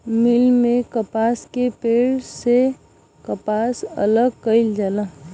मिल में कपास के पेड़ से कपास अलग कईल जाला